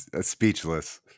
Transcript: speechless